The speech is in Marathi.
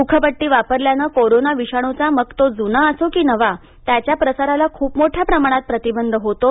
मुखपट्टी वापरल्यानं कोरोना विषाणूचा मग तो जूना असो की नवा त्याच्या प्रसाराला खुप मोठ्या प्रमाणात प्रतिबंध होतो